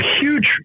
huge